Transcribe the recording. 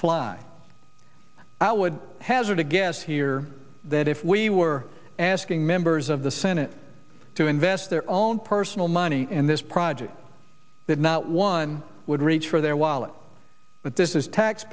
fly i would hazard a guess here that if we were asking members of the senate to invest their own personal money in this project that not one would reach for their wallet but this